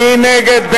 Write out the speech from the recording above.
מי נגד?